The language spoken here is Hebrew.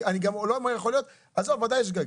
אני גם לא אומר יכול להיות - בוודאי שגגה.